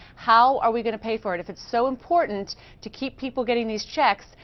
how are we gonna pay for it? if it's so important to keep people getting these checks,